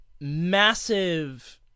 massive